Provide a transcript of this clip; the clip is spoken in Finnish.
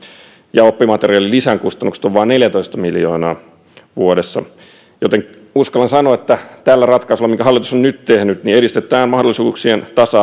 ja oppimateriaalilisän kustannukset ovat vain neljätoista miljoonaa vuodessa joten uskallan sanoa että tällä ratkaisulla minkä hallitus on nyt tehnyt edistetään mahdollisuuksien tasa